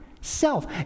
self